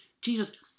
jesus